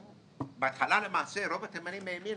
בהתחלה למעשה רוב התימנים האמינו.